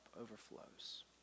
overflows